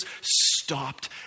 stopped